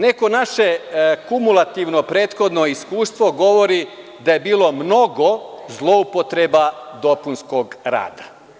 Neko naše kumulativno prethodno iskustvo govori da je bilo mnogo zloupotreba dopunskog rada.